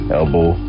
elbow